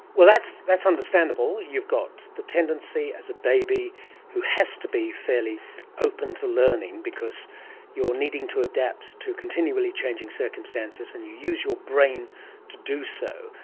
that's that's understandable. you've got the tendency as a baby who has to be fairly open to learning because you're needing to adapt to continually changing circumstances and you use your brain to do so,